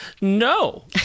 no